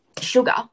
sugar